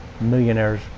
millionaires